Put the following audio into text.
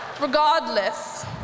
Regardless